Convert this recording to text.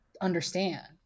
understand